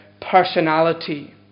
personality